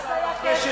אז היה כסף.